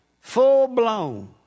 full-blown